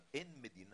אבל אין מדינה